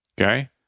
Okay